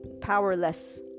powerless